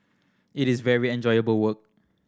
it is very enjoyable work